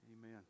Amen